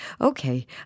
Okay